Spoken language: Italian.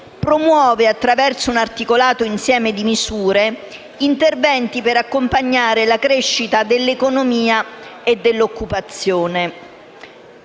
promuove, attraverso un articolato insieme di misure, interventi per accompagnare la crescita dell'economia e dell'occupazione.